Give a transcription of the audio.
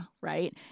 right